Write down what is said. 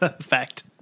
fact